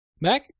Mac